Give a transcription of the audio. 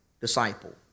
disciple